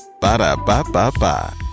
Ba-da-ba-ba-ba